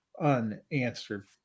unanswered